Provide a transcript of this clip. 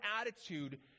attitude